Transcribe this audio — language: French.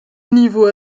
niveau